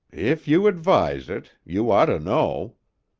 if you advise it. you ought to know.